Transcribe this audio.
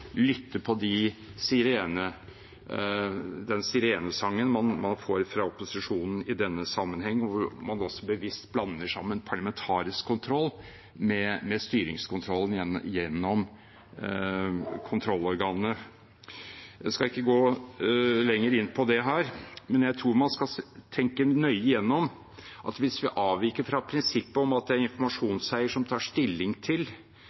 lytte til den sirenesangen man får fra opposisjonen i denne sammenheng, hvor man også bevisst blander sammen parlamentarisk kontroll med styringskontrollen gjennom kontrollorganene. Jeg skal ikke gå lenger inn på det her, men jeg tror man skal tenke nøye gjennom at hvis vi avviker fra prinsippet om at det er informasjonseier som tar stilling – ut fra kjennskap til området, gradering og at de også har enekompetanse til